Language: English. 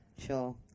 Sure